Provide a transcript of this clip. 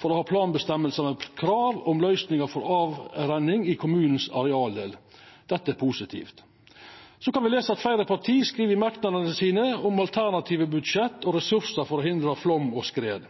for å ha planavgjerder med krav om løysingar for avrenning i arealdelen i kommuneplanen. Det er positivt. Vi kan lesa at fleire parti skriv i merknadene om alternative budsjett og ressursar for å hindra flaum og skred.